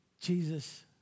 Jesus